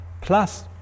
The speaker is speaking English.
plus